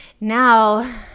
Now